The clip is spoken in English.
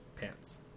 pants